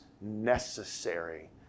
necessary